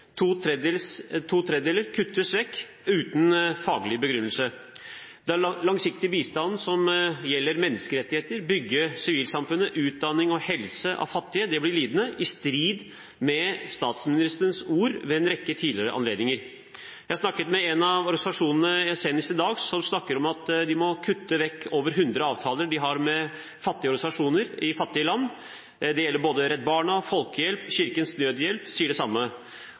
To tredjedeler kuttes vekk uten faglig begrunnelse. Det er den langsiktige bistanden som gjelder menneskerettigheter, bygge sivilsamfunnet, utdanning og helse for fattige som blir lidende, og det er i strid med statsministerens ord ved en rekke tidligere anledninger. Jeg har snakket med en av organisasjonene senest i dag, som sier at de må kutte vekk over 100 avtaler de har med organisasjoner i fattige land. Det gjelder både Redd Barna og Norsk Folkehjelp, og Kirkens Nødhjelp sier det samme.